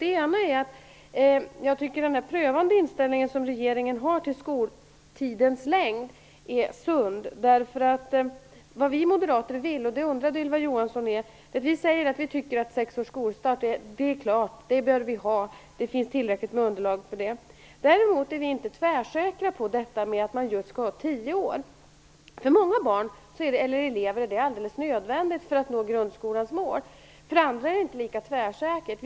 Det ena är att jag tycker att den prövande inställning till skoltidens längd som regeringen har är sund. Ylva Johansson undrade vad vi moderater vill. Vi tycker att skolstart vid sex år är klart, det bör vi ha och det finns tillräckligt med underlag för det. Däremot är vi inte tvärsäkra på att skolan skall vara tioårig. För många elever är det alldeles nödvändigt för att nå grundskolans mål. För andra är det inte lika tvärsäkert.